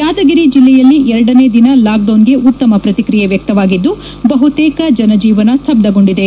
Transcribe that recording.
ಯಾದಗಿರಿ ಜಿಲ್ಲೆಯಲ್ಲಿ ಎರಡನೇ ದಿನ ಲಾಕ್ಡೌನ್ಗೆ ಉತ್ತಮ ಪ್ರಕ್ರಿಯೆ ವ್ಯಕ್ತವಾಗಿದ್ದು ಬಹುತೇಕ ಜನಜೀವನ ಸ್ತಬ್ದಗೊಂಡಿದೆ